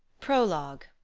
prologue